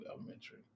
elementary